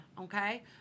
okay